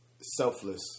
selfless